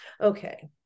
Okay